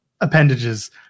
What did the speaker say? appendages